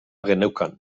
geneukan